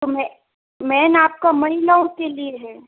तो मैं मैम आपका महिलाओं के लिये है